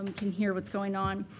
can hear what's going on.